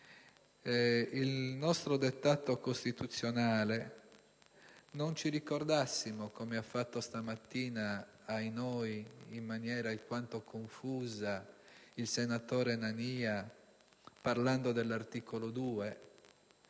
il nostro dettato costituzionale non ci ricordassimo, come ha fatto stamattina - ahinoi! - il maniera alquanto confusa il senatore Nania, solo dell'articolo 2